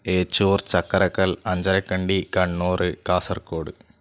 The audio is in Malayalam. ഏച്ചൂർ ചക്കരക്കല്ല് അഞ്ചരക്കണ്ടി കണ്ണൂർ കാസർഗോഡ്